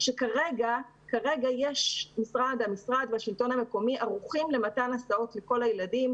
שכרגע המשרד והשלטון המקומי ערוכים למתן הסעות לכל הילדים,